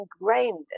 ingrained